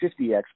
50X